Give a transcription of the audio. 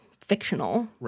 fictional